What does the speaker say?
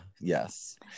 Yes